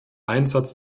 einsatz